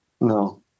no